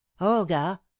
Olga